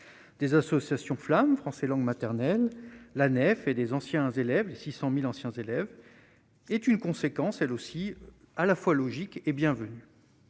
des associations flamme français langue maternelle, la nef et des anciens élèves, les 600000 anciens élèves est une conséquence, elle aussi, à la fois logique et bienvenue